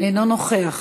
אינו נוכח,